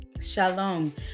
Shalom